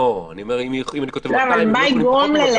לא ספורט, אבל להתאוורר זה גם ללכת.